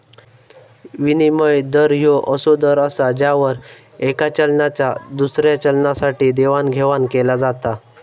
विनिमय दर ह्यो असो दर असा ज्यावर येका चलनाचा दुसऱ्या चलनासाठी देवाणघेवाण केला जाता